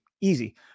easy